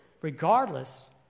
Regardless